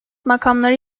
makamları